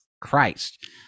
Christ